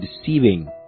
deceiving